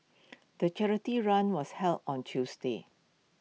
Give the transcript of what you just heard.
the charity run was held on Tuesday